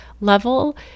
level